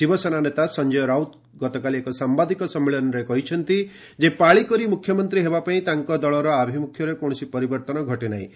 ଶିବସେନା ନେତା ସଂଜୟ ରାଉତ ଗତକାଲି ଏକ ସାମ୍ଭାଦିକ ସମ୍ମିଳନୀରେ କହିଛନ୍ତି ଯେ ପାଳିକରି ମୁଖ୍ୟମନ୍ତ୍ରୀ ହେବା ପାଇଁ ତାଙ୍କ ଦଳର ଆଭିମ୍ରଖ୍ୟରେ କୌଣସି ପରିବର୍ତ୍ତନ ଘଟିନାହିଁ